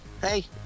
Hey